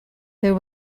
there